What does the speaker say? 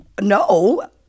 No